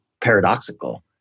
paradoxical